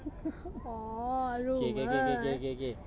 okay okay okay okay okay okay okay